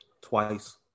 Twice